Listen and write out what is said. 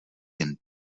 jen